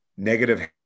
Negative